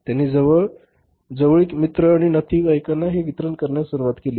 त्यांनी त्यांच्या जवळील मित्र आणि नातेवाईकांना हे वितरण करण्यास सुरूवात केली